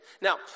Now